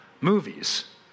movies